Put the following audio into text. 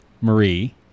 Marie